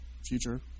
future